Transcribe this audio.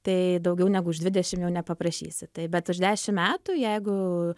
tai daugiau negu už dvidešim jau nepaprašysi tai bet už dešim metų jeigu